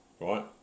right